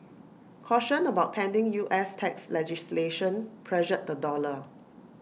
caution about pending U S tax legislation pressured the dollar